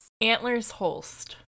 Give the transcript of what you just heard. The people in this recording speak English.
Antlers-Holst